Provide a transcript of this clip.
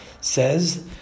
says